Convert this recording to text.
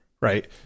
right